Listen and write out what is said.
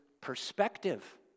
perspective